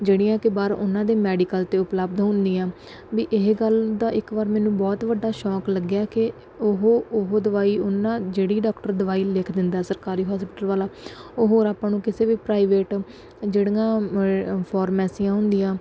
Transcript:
ਜਿਹੜੀਆਂ ਕਿ ਬਾਹਰ ਉਹਨਾਂ ਦੇ ਮੈਡੀਕਲ 'ਤੇ ਉਪਲਬਧ ਹੁੰਦੀਆਂ ਵੀ ਇਹ ਗੱਲ ਦਾ ਇੱਕ ਵਾਰ ਮੈਨੂੰ ਬਹੁਤ ਵੱਡਾ ਛੋਕ ਲੱਗਿਆ ਕਿ ਉਹ ਉਹ ਦਵਾਈ ਉਹਨਾਂ ਜਿਹੜੀ ਡਾਕਟਰ ਦਵਾਈ ਲਿਖ ਦਿੰਦਾ ਸਰਕਾਰੀ ਹੌਸਪੀਟਲ ਵਾਲਾ ਉਹ ਹੋਰ ਆਪਾਂ ਨੂੰ ਕਿਸੇ ਵੀ ਪ੍ਰਾਈਵੇਟ ਜਿਹੜੀਆਂ ਫੋਰਮੈਸੀਆਂ ਹੁੰਦੀਆਂ